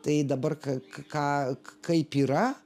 tai dabar ką ka ka kaip yra